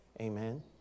Amen